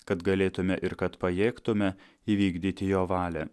kad galėtume ir kad pajėgtume įvykdyti jo valią